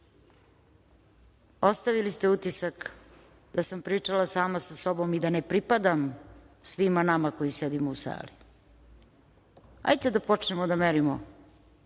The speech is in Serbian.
ostavili ste utisak da sam pričala sama sa sobom i da ne pripadam svima nama koji sedimo u sali. Hajte da počnemo da merimo